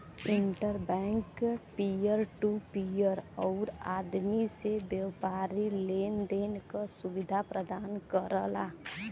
inter bank peer to peer आउर आदमी से व्यापारी लेन देन क सुविधा प्रदान करला